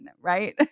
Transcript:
right